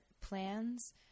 plans